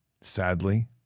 Sadly